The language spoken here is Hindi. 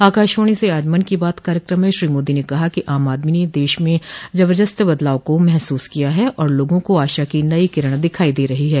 आकाशवाणी से आज मन की बात कार्यक्रम में श्री मोदी ने कहा कि आम आदमी ने देश में जबरदस्त बदलाव को महसूस किया है और लोगों को आशा की नई किरण दिखाई दे रही हैं